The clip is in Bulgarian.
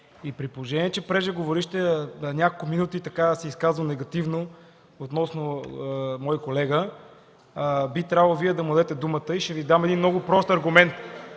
При положение, че преждеговорившият няколко минути се изказва негативно относно мой колега, би трябвало Вие да му дадете думата. Ще Ви дам един много прост аргумент: